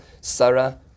Sarah